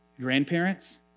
Grandparents